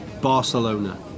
Barcelona